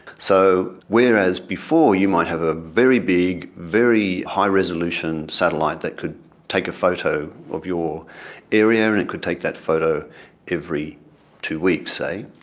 so, whereas before you might have a very big, very high resolution satellite that could take a photo of your area and it could take that photo every two weeks, say,